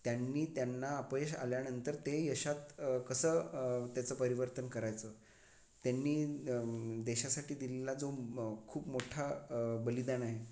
त्यांनी त्यांना अपयश आल्यानंतर ते यशात कसं तेचं परिवर्तन करायचं त्यांनी देशासाठी दिलेला जो खूप मोठा बलिदान आहे